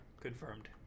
Confirmed